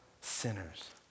sinners